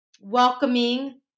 welcoming